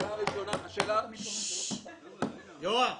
מה עוד?